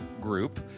group